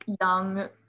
young